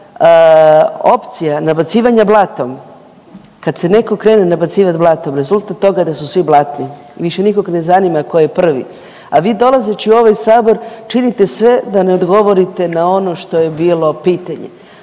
opcija nabacivanja blatom, kad se netko krene nabacivati blatom, rezultat toga da su svi blatni, više nikog ne zanima tko je prvi. A vi dolazeći u ovaj sabor činite sve da ne odgovorite na ono što je bilo pitanje.